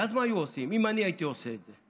ואז, מה היו עושים אם אני הייתי עושה את זה?